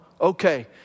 okay